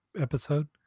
episode